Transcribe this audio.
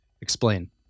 explain